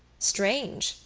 strange,